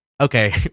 okay